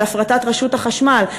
על הפרטת רשות החשמל,